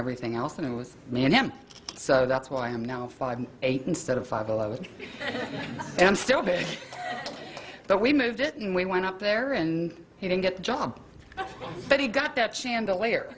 everything else and with me and him so that's why i am now five eight instead of five eleven and still be that we moved it and we went up there and he didn't get the job but he got that chandelier